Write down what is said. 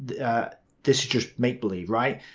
this is just make-believe, right?